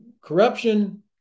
corruption